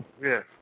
Yes